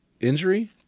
injury